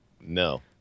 No